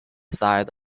side